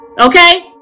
Okay